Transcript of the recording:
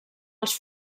els